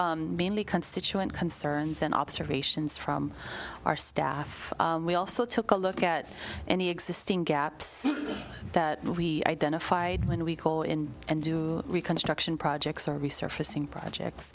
think mainly constituent concerns and observations from our staff we also took a look at any existing gaps that we identified when we call in and do reconstruction projects or resurfacing projects